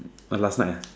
oh last night